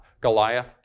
Goliath